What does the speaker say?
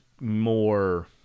more